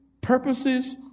purposes